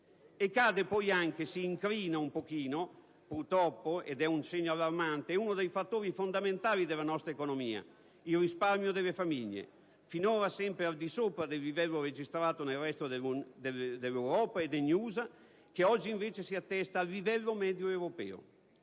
Cade, poi, purtroppo incrinandosi un po' - ed è questo un segno allarmante - uno dei fattori fondamentali della nostra economia: il risparmio delle famiglie, finora sempre al di sopra del livello registrato nel resto dell'Europa e degli USA, oggi invece si attesta al livello medio europeo.